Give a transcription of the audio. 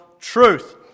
truth